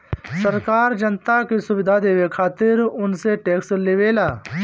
सरकार जनता के सुविधा देवे खातिर उनसे टेक्स लेवेला